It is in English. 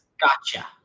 gotcha